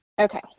Okay